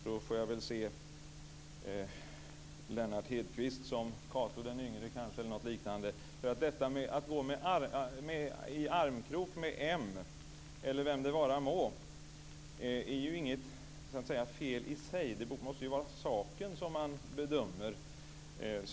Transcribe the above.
Då får jag kanske se Lennart Hedquist som Cato d.y. eller något liknande. Detta med att gå i armkrok med moderaterna, eller vem det nu vara må, är inget fel i sig. Det måste ju vara utifrån saken som man bedömer.